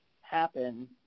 happen